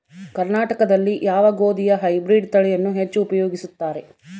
ಕರ್ನಾಟಕದಲ್ಲಿ ಯಾವ ಗೋಧಿಯ ಹೈಬ್ರಿಡ್ ತಳಿಯನ್ನು ಹೆಚ್ಚು ಉಪಯೋಗಿಸುತ್ತಾರೆ?